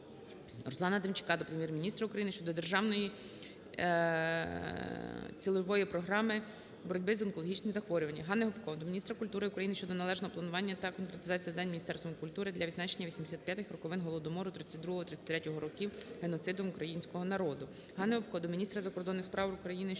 Руслана Демчака до Прем'єр-міністра України щодо державної цільової програми боротьби з онкологічними захворюваннями. Ганни Гопко до міністра культури України щодо належного планування та конкретизації завдань Міністерством культури України для відзначення 85-х роковин Голодомору 1932-1933 років - геноциду українського народу. Ганни Гопко до міністра закордонних справ України